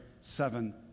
seven